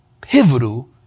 pivotal